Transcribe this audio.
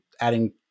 adding